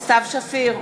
סתיו שפיר,